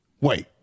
wait